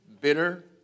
bitter